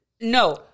No